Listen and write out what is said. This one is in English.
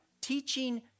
teaching